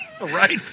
right